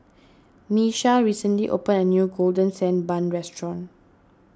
Miesha recently opened a new Golden Sand Bun restaurant